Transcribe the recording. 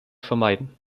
vermeiden